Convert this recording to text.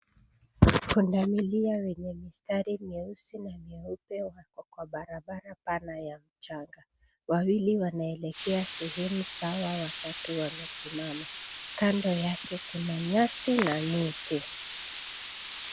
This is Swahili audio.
Punda milia wenye mistari mieusi na mieupe wako kwa barabara pana ya mchanga .Wawili wanaelekea sehemu sawa ,watatu wamesimama. Kando yake kuna nyasi na miti.